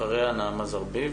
אחריה נעמה זרביב.